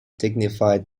dignified